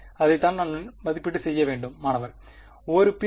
அதைத்தான் நான் மதிப்பீடு செய்ய வேண்டும் மாணவர் குறிப்பு நேரம் 1853 பிரிவு